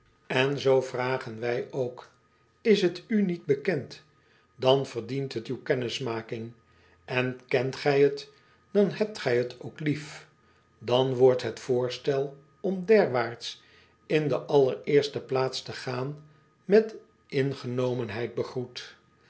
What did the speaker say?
n zoo vragen wij ook s t u niet bekend dan verdient het uw kennismaking n kent gij het dan hebt gij t ook lief an wordt het voorstel om derwaarts in de allereerste plaats te gaan met ingenomenheid begroet